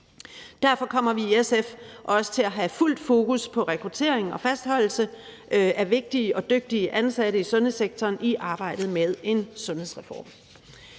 Derfor kommer vi i SF også til at have fuldt fokus på rekruttering og fastholdelse af vigtige og dygtige ansatte i sundhedssektoren i arbejdet med en sundhedsreform.